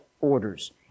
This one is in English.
orders